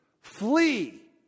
Flee